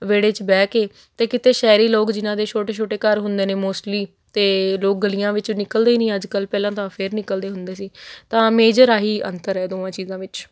ਵਿਹੜੇ 'ਚ ਬਹਿ ਕੇ ਅਤੇ ਕਿਤੇ ਸ਼ਹਿਰੀ ਲੋਕ ਜਿਨ੍ਹਾਂ ਦੇ ਛੋਟੇ ਛੋਟੇ ਘਰ ਹੁੰਦੇ ਨੇ ਮੋਸਟਲੀ ਅਤੇ ਲੋਕ ਗਲੀਆਂ ਵਿੱਚ ਨਿਕਲਦੇ ਹੀ ਨਹੀਂ ਅੱਜ ਕੱਲ੍ਹ ਪਹਿਲਾਂ ਤਾਂ ਫਿਰ ਨਿਕਲਦੇ ਹੁੰਦੇ ਸੀ ਤਾਂ ਮੇਜਰ ਆਹੀ ਅੰਤਰ ਹੈ ਦੋਵਾਂ ਚੀਜ਼ਾਂ ਵਿੱਚ